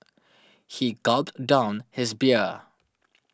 he gulped down his beer